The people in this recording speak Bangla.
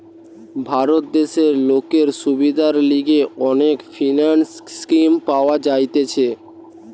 ভারত দেশে লোকের সুবিধার লিগে অনেক ফিন্যান্স স্কিম পাওয়া যাইতেছে